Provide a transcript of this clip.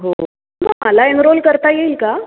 हो मला एनरोल करता येईल का